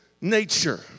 nature